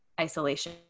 isolation